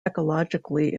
ecologically